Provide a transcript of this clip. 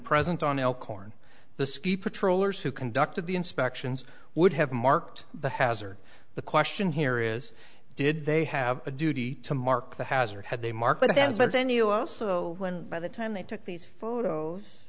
present on elkhorn the ski patrollers who conducted the inspections would have marked the hazard the question here is did they have a duty to mark the hazard had they marked the hands but then you also went by the time they took these photos